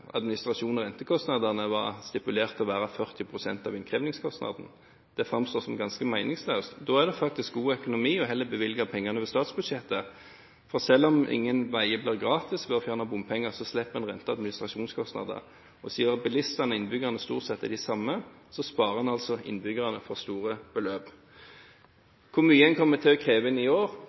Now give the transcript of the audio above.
og rentekostnader var stipulert til å være 40 pst. av innkrevingskostnadene. Det framstår som ganske meningsløst. Da er det faktisk god økonomi heller å bevilge pengene over statsbudsjettet. For selv om ingen veier blir gratis ved å fjerne bompenger, slipper en rente- og administrasjonskostnader, og siden bilistene og innbyggerne stort sett er de samme, sparer en altså innbyggerne for store beløp. Hvor mye en kommer til å kreve inn i år,